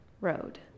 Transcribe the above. road